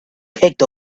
picked